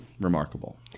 remarkable